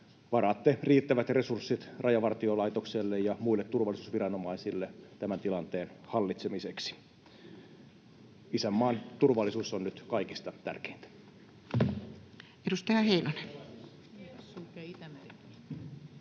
varaatte riittävät resurssit Rajavartiolaitokselle ja muille turvallisuusviranomaisille tämän tilanteen hallitsemiseksi. Isänmaan turvallisuus on nyt kaikista tärkeintä.